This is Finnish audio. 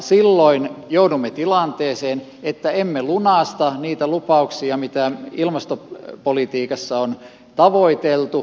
silloin joudumme tilanteeseen että emme lunasta niitä lupauksia mitä ilmastopolitiikassa on tavoiteltu